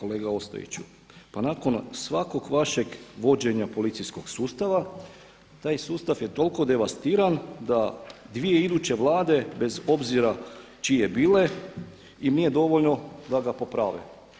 Kolega Ostojiću, pa nakon svakog vašeg vođenja policijskog sustava taj sustav je toliko devastiran da dvije iduće vlade bez obzira čije bile i nije dovoljno da ga poprave.